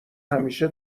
همیشه